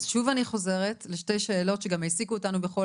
אז שוב אני חוזרת לשתי שאלות שגם העסיקו אותנו בכל